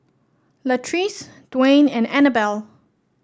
Latrice Dwaine and Annabell